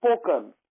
spoken